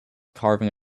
carving